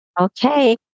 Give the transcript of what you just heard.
Okay